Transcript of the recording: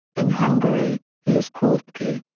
in hungary, he is called breki.